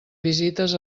visites